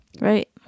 Right